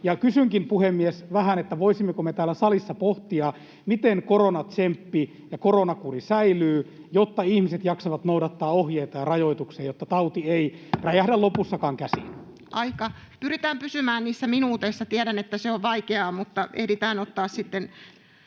Kysynkin, puhemies, voisimmeko me täällä salissa pohtia, miten koronatsemppi ja koronakuri säilyvät, jotta ihmiset jaksavat noudattaa ohjeita ja rajoituksia, jotta tauti ei räjähdä lopussakaan käsiin. Pyritään pysymään niissä minuuteissa. Tiedän, että se on vaikeaa, mutta ehditään ottaa sitten